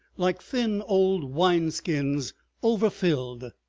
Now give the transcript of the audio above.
like thin old wine-skins overfilled,